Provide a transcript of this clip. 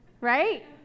Right